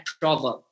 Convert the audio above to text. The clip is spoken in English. proverb